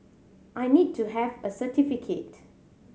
I need to have a certificate